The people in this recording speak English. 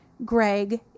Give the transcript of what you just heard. Greg